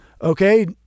Okay